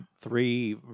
three